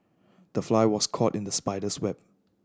the fly was caught in the spider's web